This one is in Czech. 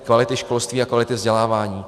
Kvality školství a kvality vzdělávání.